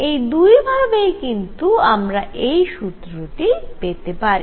এই দুই ভাবেই কিন্তু আমরা এই সূত্রটি পেতে পারি